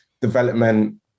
development